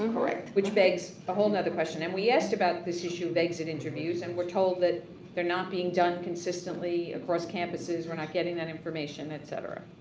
um correct. which begs a whole another question and we asked about this issue begs in interviews and we're told that they're not being done consistently across campuses. we're not getting that information, et cetera.